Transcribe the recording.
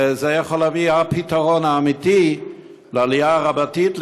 וזה יכול להביא את הפתרון האמיתי לעלייה רבתי,